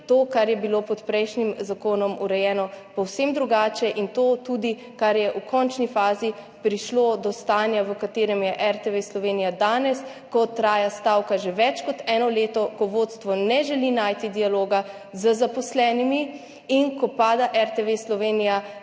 To, kar je bilo pod prejšnjim zakonom urejeno povsem drugače in tudi to, kar je v končni fazi prišlo do stanja, v katerem je RTV Slovenija danes, ko traja stavka že več kot eno leto, ko vodstvo ne želi najti dialoga z zaposlenimi in ko po zadnji